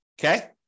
Okay